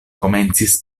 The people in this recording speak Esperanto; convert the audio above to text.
komencis